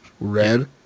Red